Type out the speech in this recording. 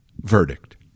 verdict